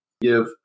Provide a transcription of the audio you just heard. give